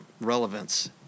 relevance